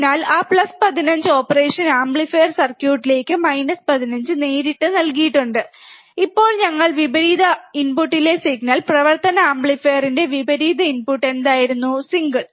അതിനാൽ ആ plus 15 operation amplifier സർക്യൂട്ടിലേക്ക് മൈനസ് 15 നേരിട്ട് നൽകിയിട്ടുണ്ട് ഇപ്പോൾ ഞങ്ങൾ വിപരീത ഇൻപുട്ടിലെ സിഗ്നൽ പ്രവർത്തന ആംപ്ലിഫയറിന്റെ വിപരീത ഇൻപുട്ട് എന്തായിരുന്നു സിംഗിൾ